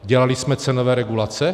Dělali jsme cenové regulace?